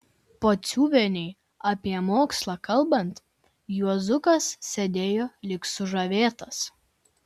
pociuvienei apie mokslą kalbant juozukas sėdėjo lyg sužavėtas